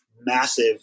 massive